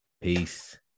Peace